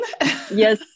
Yes